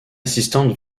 assistante